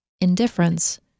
Indifference